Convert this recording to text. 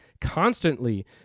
constantly